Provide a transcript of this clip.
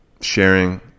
sharing